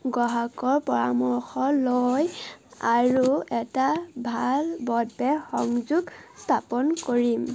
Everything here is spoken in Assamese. গ্ৰাহকৰ পৰামৰ্শ লয় আৰু এটা ভাল সংযোগ স্থাপন কৰিম